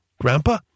Grandpa